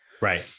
Right